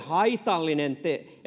haitallinen